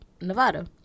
Nevada